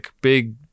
big